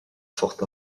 forte